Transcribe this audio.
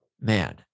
man